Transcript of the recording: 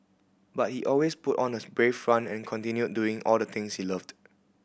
but he always put on a brave front and continued doing all the things he loved